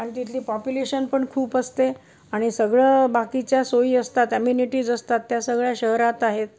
आणि तिथली पॉप्युलेशन पण खूप असते आणि सगळं बाकीच्या सोयी असतात ॲम्युनिटीज असतात त्या सगळ्या शहरात आहेत